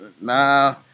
nah